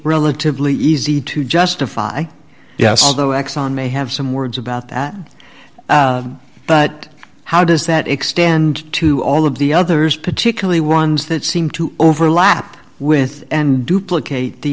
relatively easy to justify yes although exxon may have some words about that but how does that extend to all of the others particularly ones that seem to overlap with and duplicate the